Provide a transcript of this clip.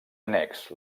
annex